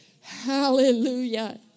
Hallelujah